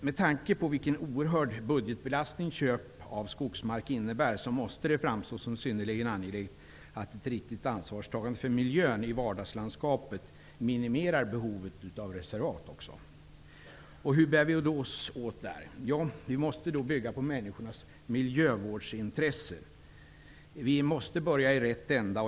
Med tanke på vilken oerhörd budgetbelastning köp av skogsmark innebär måste det framstå som synnerligen angeläget att ett riktigt ansvarstagande för miljön i vardagslandskapet minimerar behovet av reservat. Hur skall vi då bära oss åt? Vi måste bygga på människors miljövårdsintresse. Vi måste börja i rätt ände.